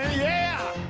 yeah,